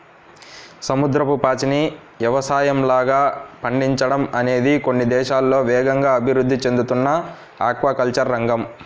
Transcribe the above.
సముద్రపు పాచిని యవసాయంలాగా పండించడం అనేది కొన్ని దేశాల్లో వేగంగా అభివృద్ధి చెందుతున్న ఆక్వాకల్చర్ రంగం